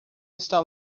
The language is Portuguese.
está